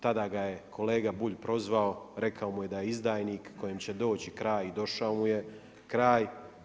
Tada ga je kolega Bulj prozvao, rekao je da je izdajnik, kojem će doći kraj i došao mu je kraj.